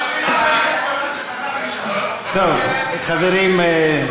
טוב, חברים.